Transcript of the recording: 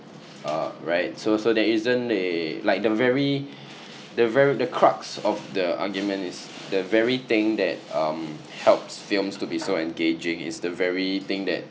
uh right so so there isn't a like the very the very the crux of the argument is the very thing that um helps films to be so engaging is the very thing that